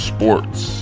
Sports